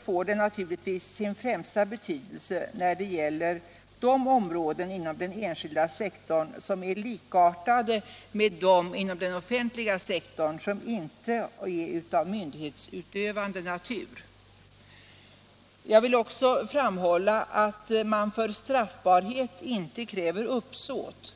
får den naturligtvis sin främsta betydelse på de områden inom den enskilda sektorn som är likartade med områden inom den offentliga sektorn som inte är av myndighetsutövande natur. Jag vill också framhålla att man för straffbarhet inte kräver uppsåt.